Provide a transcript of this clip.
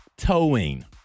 towing